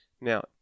Now